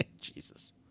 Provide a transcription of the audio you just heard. Jesus